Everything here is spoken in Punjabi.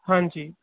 ਹਾਂਜੀ